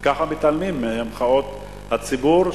ככה מתעלמים ממחאות הציבור,